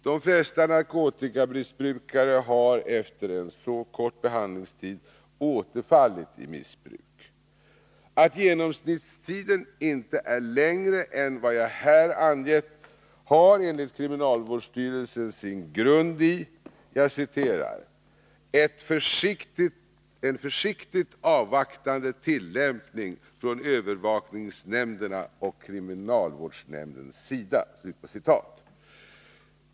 De flesta narkotikamissbrukare har efter en så kort behandlingstid återfallit i missbruk. Att genomsnittstiden inte är längre än vad jag här angett har enligt kriminalvårdsstyrelsen sin grund i ”en försiktigt avvaktande tillämpning från övervakningsnämndernas och kriminalvårdsnämndens sida”.